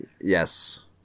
Yes